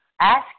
Ask